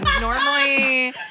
Normally